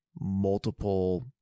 multiple